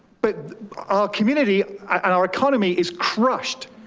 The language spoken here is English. but our community and our economy is crushed.